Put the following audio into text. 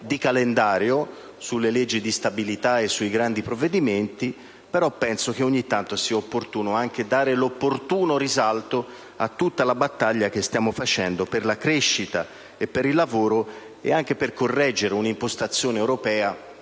in calendario sulla legge di stabilità e sui grandi provvedimenti; però penso che ogni tanto sia opportuno anche dare il giusto risalto a tutta la battaglia che stiamo facendo per la crescita, per il lavoro nonché per correggere l'impostazione europea